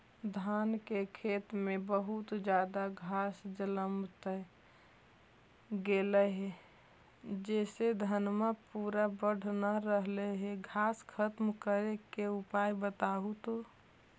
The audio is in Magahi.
धान के खेत में बहुत ज्यादा घास जलमतइ गेले हे जेसे धनबा पुरा बढ़ न रहले हे घास खत्म करें के उपाय बताहु तो?